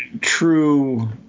True